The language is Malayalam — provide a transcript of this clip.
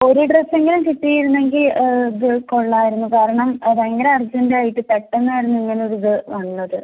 ഒരു ഡ്രസ്സെങ്കിലും കിട്ടിയിരുന്നെങ്കീൽ അത് കൊള്ളാമായിരുന്നു കാരണം ഭയങ്കരം അർജൻറ്റായിട്ട് പെട്ടെന്നായിരുന്നു ഇങ്ങനൊരിത് വന്നത്